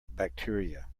bacteria